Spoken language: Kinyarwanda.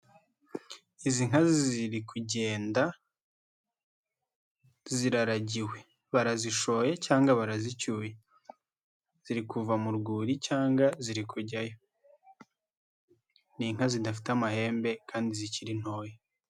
Izi nka ziri kugenda ziraragiwe. Barazishoye cyangwa barazicyuye. Ziri kuva mu rwuri cyangwa ziri kujyayo. Ni inka zidafite amahembe kandi zikiri ntoya.